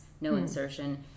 no-insertion